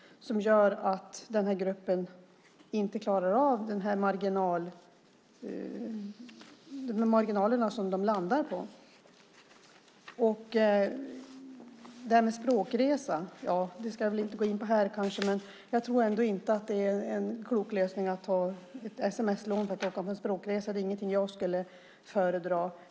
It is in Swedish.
Det gör att den här gruppen inte klarar av de marginaler som man landar på. Jag ska väl inte här gå in på detta med en språkresa. Jag tror ändå inte att det är en klok lösning att ta ett sms-lån för att åka på en språkresa.